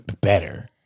better